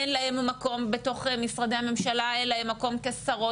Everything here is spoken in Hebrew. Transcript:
אין להן מקום בתוך המשרד הממשלה אין להן מקום כשרות,